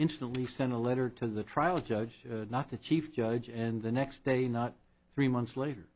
instantly sent a letter to the trial judge should not the chief judge and the next day not three months later